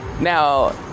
Now